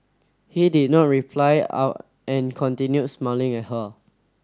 he did not reply out and continued smiling at her